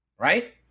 Right